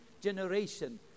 generation